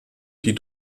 die